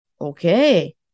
okay